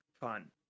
fun